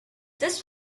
this